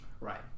Right